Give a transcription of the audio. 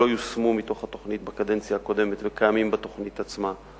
שלא יושמו בקדנציה הקודמת וקיימים בתוכנית עצמה.